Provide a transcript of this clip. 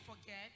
forget